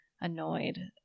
annoyed